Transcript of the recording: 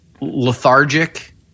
lethargic